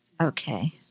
Okay